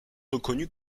reconnu